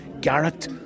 Garrett